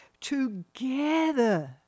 together